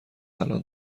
الان